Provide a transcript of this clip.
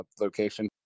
location